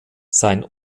sein